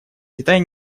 китай